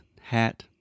hat